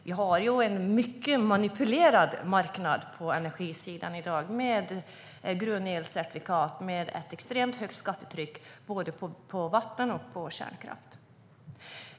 Vi har en mycket manipulerad energimarknad i dag, med gröna elcertifikat och ett extremt högt skattetryck på både vattenkraft och kärnkraft.